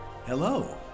Hello